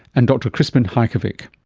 and dr krispin hajkowicz.